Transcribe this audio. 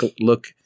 look